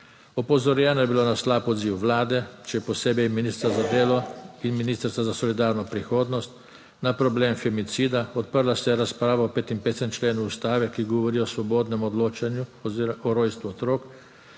Opozorjeno je bilo na slab odziv Vlade, še posebej ministra za delo in Ministrstva za solidarno prihodnost, na problem femicida, odprla se je razprava o 55. členu Ustave, ki govori o svobodnem odločanju o rojstvu otrok,